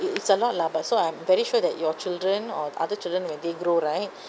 it it's a lot lah but so I'm very sure that your children or other children when they grow right